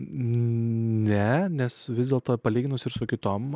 ne nes vis dėlto palyginus ir su kitom